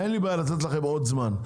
אין לי בעיה לתת לכם עוד זמן.